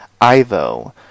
ivo